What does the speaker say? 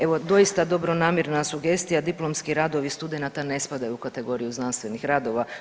Evo doista dobronamjerna sugestija diplomski radovi studenata ne spadaju u kategoriju znanstvenih radova.